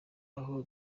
aho